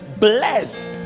blessed